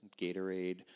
Gatorade